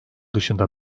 dışında